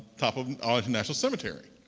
top of arlington national cemetery.